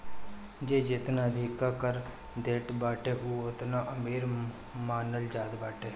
जे जेतना अधिका कर देत बाटे उ ओतने अमीर मानल जात बाटे